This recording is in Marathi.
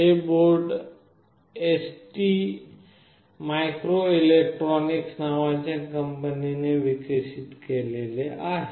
हे बोर्ड एसटी मायक्रोइलेक्ट्रॉनिक्स नावाच्या कंपनीने विकसित केले आहे